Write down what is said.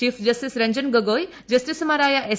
chief justice Ranjan Gogoi ജസ്റ്റിസുമാരായ S